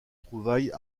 trouvailles